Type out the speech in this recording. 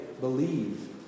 believe